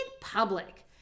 public